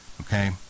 okay